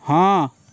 हँ